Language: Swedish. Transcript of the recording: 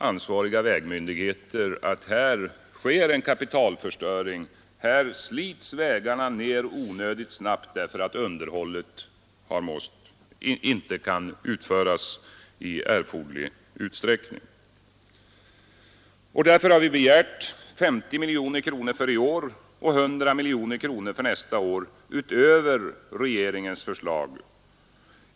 Ansvariga vägmyndigheter har omvittnat att en kapitalförstöring här sker och att vägarna slits ner onödigt snabbt därför att underhållet inte kan utföras i erforderlig utsträckning. Därför har vi begärt 50 miljoner kronor för i år och 100 miljoner kronor för nästa år utöver regeringens förslag.